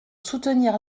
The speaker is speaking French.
soutenir